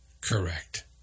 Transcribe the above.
Correct